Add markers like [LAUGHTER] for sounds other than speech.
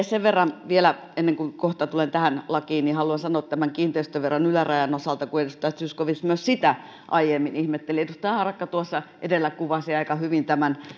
[UNINTELLIGIBLE] sen verran vielä ennen kuin kohta tulen tähän lakiin haluan sanoa tämän kiinteistöveron ylärajan osalta kun edustaja zyskowicz myös sitä aiemmin ihmetteli edustaja harakka tuossa edellä kuvasi aika hyvin tämän